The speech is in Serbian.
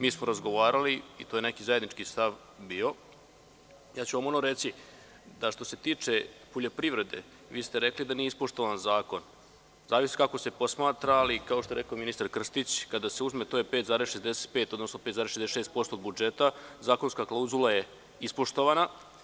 Mi smo razgovarali, i to je neki zajednički stav bio, reći ću vam, što se tiče poljoprivrede vi ste rekli da nije ispoštovan zakon, zavisi kako se posmatra, ali kao što je rekao ministar Krstić, kada se uzme to je 5,65%, odnosno 5,66% budžeta, zakonska klauzula je ispoštovana.